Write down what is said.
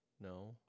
No